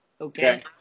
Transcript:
Okay